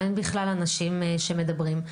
ואין בכלל אנשים שמדברים.